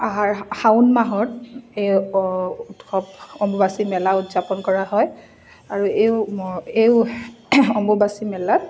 আহাৰ শাওণ মাহত এই উৎসৱ অম্বুবাচী মেলা উদযাপন কৰা হয় আৰু এই এই অম্বুবাচী মেলাত